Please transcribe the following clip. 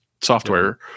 software